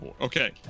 okay